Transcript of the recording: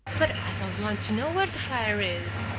but i don't want to know where the fire is!